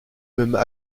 mêmes